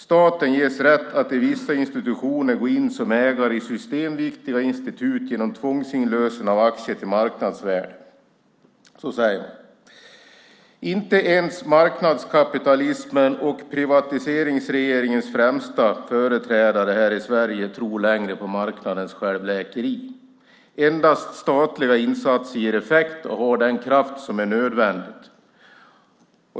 Staten ges rätt att i vissa situationer gå in som ägare i systemviktiga institut genom tvångsinlösen av aktier till marknadsvärde, säger man. Inte ens marknadskapitalismens och privatiseringsregeringens främsta företrädare här i Sverige tror längre på marknadens självläkeri. Endast statliga insatser ger effekt och har den kraft som är nödvändig.